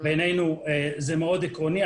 בעינינו זה מאוד עקרוני.